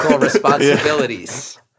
responsibilities